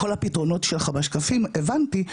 כל הפתרונות שלך בשקפים הבנתי,